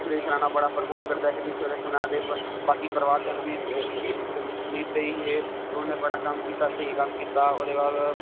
सुरेश रैणा बड़ा प्रमोट करदा क्योंकि सुरेश रैणा बाकी परिबार जन बी इस जम्मू कश्मीर दे ही हे ते उंहे बड़ा कम्म कीता ते स्हेई कम्म कीता ओहदे बाद